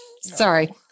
Sorry